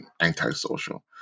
antisocial